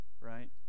right